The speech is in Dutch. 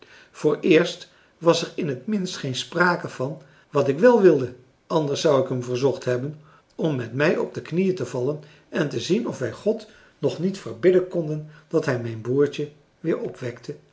vooreerst was er in het minst geen sprake van wat ik wel wilde anders zou ik hem verzocht hebben om met mij op de knieën te vallen en te zien of wij god nog niet verbidden konden dat hij mijn broertje weer opwekte